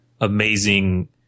amazing